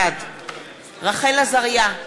בעד רחל עזריה,